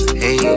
hey